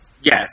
yes